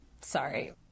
sorry